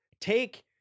Take